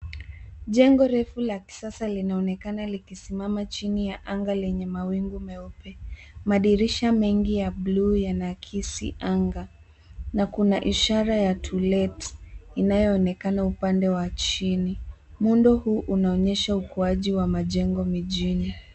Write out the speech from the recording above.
Jengo refu la kisasa linaoneka likisimama chini ya anga lenye mawingu meupe. Madirisha mengi ya buluu yanaakisi anga na kuna ishara ya to let inayoonekana upande wa chini. Muundo huu unaonyesha ukuaji wa majengo mijini.